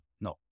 No